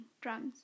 drums